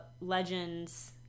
Legends